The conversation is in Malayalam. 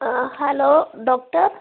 ആ ഹലോ ഡോക്ടർ